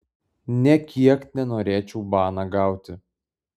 nė kiek nenorėčiau baną gauti